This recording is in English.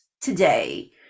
today